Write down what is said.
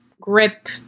grip